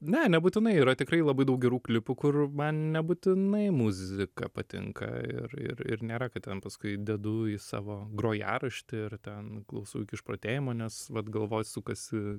ne nebūtinai yra tikrai labai daug gerų klipų kur man nebūtinai muzika patinka ir ir ir nėra kad ten paskui dedu į savo grojaraštį ir ten klausau iki išprotėjimo nes vat galvoj sukasi